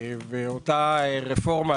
ואותה רפורמה,